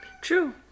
True